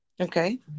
Okay